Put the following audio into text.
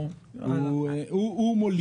הוא מולידו של החוק.